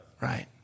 Right